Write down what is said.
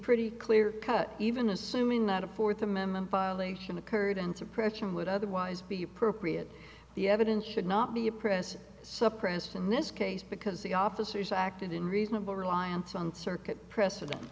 pretty clear cut even assuming that a fourth amendment violation occurred and suppression would otherwise be appropriate the evidence should not be oppressed suppressed in this case because the officers acted in reasonable reliance on circuit preceden